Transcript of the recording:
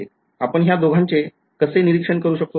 आपण ह्या दोघांचे कसे निरीक्षण करू शकतो